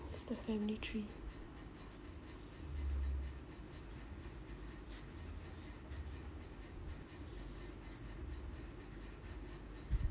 it's the family tree